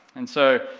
and so,